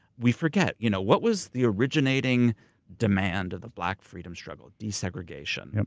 we forget, you know what was the originating demand of the black freedom struggle? desegregation.